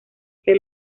que